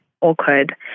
awkward